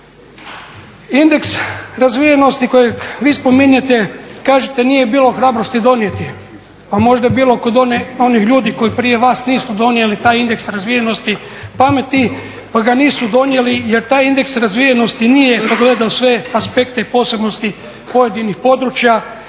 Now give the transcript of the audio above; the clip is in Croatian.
Indeks razvijenosti kojeg vi spominjete kažete nije bilo hrabrosti donijeti. Pa možda je bilo kod onih ljudi koji prije vas nisu donijeli taj indeks razvijenosti pa ga nisu donijeli jer taj indeks razvijenosti nije sagledao sve aspekte posebnosti pojedinih područja